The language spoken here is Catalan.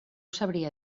sabria